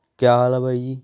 ਕਿਆ ਹਾਲ ਆ ਬਾਈ ਜੀ